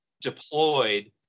deployed